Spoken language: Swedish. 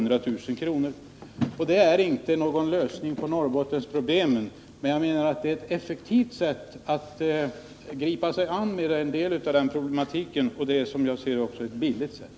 Det är inte någon lösning på Norrbottensproblemen. Men jag menar att det är ett effektivt sätt att gripa sig an med en del av den problematiken. Och det är, som jag ser det, också ett billigt sätt.